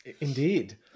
Indeed